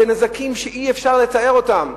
בנזקים שאי-אפשר לתאר אותם,